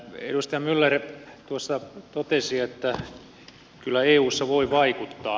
edustaja myller tuossa totesi että kyllä eussa voi vaikuttaa